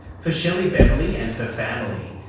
for shelley beverley and her family,